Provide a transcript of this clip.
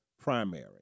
primary